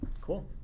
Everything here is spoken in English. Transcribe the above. Cool